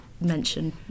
mention